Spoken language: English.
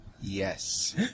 Yes